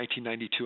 1992